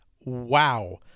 wow